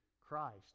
Christ